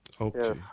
Okay